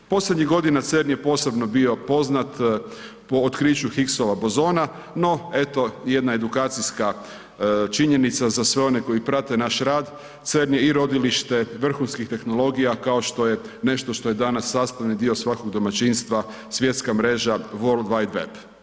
Posljednjih godina CERN je posebno bio poznat po otkriću Higgsova bozona no eto jedna edukacijska činjenica za sve one koji prate naš rad, CERN je i rodilište vrhunskih tehnologija kao što je nešto što je danas sastavni dio svakog domaćinstva, svjetska mreža World Wide Web.